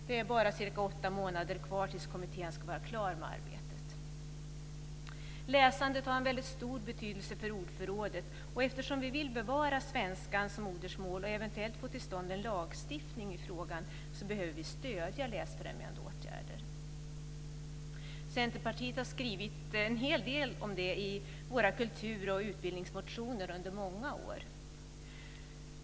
Det är bara cirka åtta månader kvar till dess kommittén ska vara klar med arbetet. Läsandet har en stor betydelse för ordförrådet, och eftersom vi vill bevara svenskan som modersmål och eventuellt få till stånd en lagstiftning i frågan behöver vi stödja läsfrämjande åtgärder. Vi i Centerpartiet har skrivit en hel del under många år om detta i våra kultur och utbildningsmotioner.